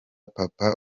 papa